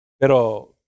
Pero